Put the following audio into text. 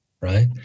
right